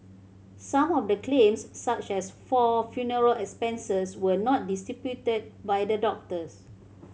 some of the claims such as for funeral expenses were not disputed by the doctors